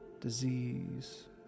disease